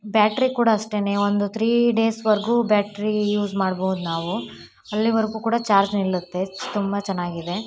battery ಕೂಡ ಅಷ್ಟೇ ಒಂದು ಥ್ರೀ ಡೇಸ್ ವರೆಗೂ ಬ್ಯಾಟ್ರಿ ಯೂಸ್ ಮಾಡ್ಬೋದು ನಾವು ಅಲ್ಲಿವರೆಗೂ ಕೂಡ ಚಾರ್ಜ್ ನಿಲ್ಲುತ್ತೆ ತುಂಬ ಚೆನ್ನಾಗಿದೆ